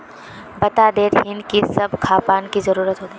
बता देतहिन की सब खापान की जरूरत होते?